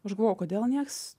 aš galvojau kodėl nieks